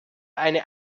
eine